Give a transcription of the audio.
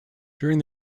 during